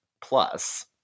plus